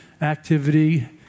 activity